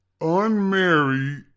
unmarried